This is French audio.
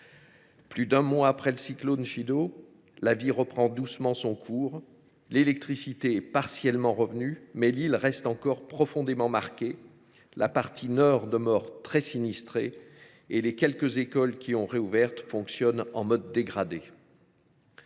Plus d’un mois après le cyclone Chido, la vie reprend doucement son cours : l’électricité est partiellement revenue, mais l’archipel reste encore profondément marqué ; la partie nord demeure très sinistrée et les quelques écoles qui ont rouvert fonctionnent en mode dégradé.